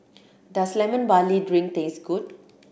does Lemon Barley Drink taste good